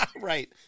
right